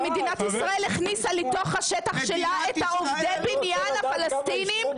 מדינת ישראל הכניסה לתוך השטח שלה עובדי בניין פלסטינים,